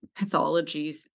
pathologies